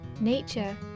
Nature